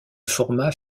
formats